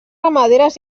ramaderes